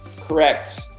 correct